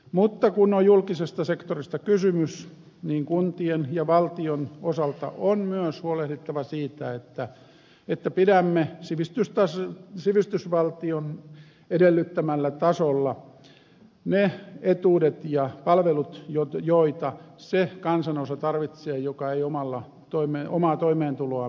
mutta kun on julkisesta sektorista kysymys niin kuntien ja valtion osalta on myös huolehdittava siitä että pidämme sivistysvaltion edellyttämällä tasolla ne etuudet ja palvelut joita se kansanosa tarvitsee joka ei omaa toimeentuloaan pysty hankkimaan